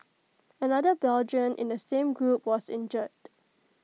another Belgian in the same group was injured